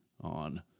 on